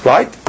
Right